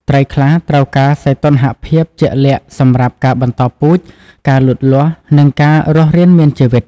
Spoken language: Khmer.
ត្រីខ្លះត្រូវការសីតុណ្ហភាពជាក់លាក់សម្រាប់ការបន្តពូជ ការលូតលាស់ និងការរស់រានមានជីវិត។